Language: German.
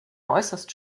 äußerst